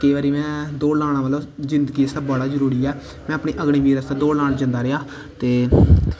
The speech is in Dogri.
केईं बारी दौड़ लाना बड़ा जरूरी ऐ जिंदगी आस्तै ते अग्निवीर आस्तै लान जंदा रेहा ते